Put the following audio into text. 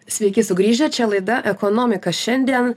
sveiki sugrįžę čia laida ekonomika šiandien